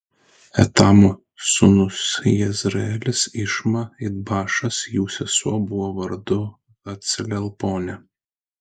etamo sūnūs jezreelis išma idbašas jų sesuo buvo vardu haclelponė